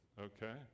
okay